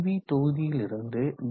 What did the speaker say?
we தொகுதியிலிருந்து D